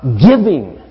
giving